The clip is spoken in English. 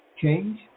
Change